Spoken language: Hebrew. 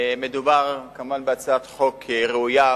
מדובר, כמובן, בהצעת חוק ראויה.